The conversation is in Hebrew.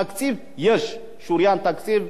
תקציב יש, שוריין תקציב.